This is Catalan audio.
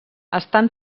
estan